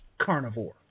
carnivore